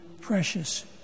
precious